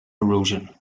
erosion